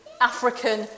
African